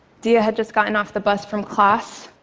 deah had just gotten off the bus from class,